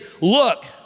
look